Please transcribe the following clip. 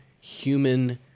human